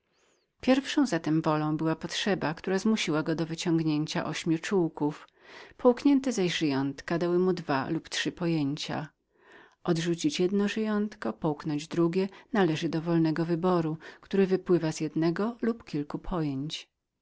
pierwszą zatem wolą była potrzeba która zmusiła go do wyciągnięcia ramion połknięte zaś żyjątka dały mu dwa lub trzy pojęcia odrzucić jedno żyjątko połknąć drugie należy do wolnego wyboru który wypłynął z jednego lub kilku pojęć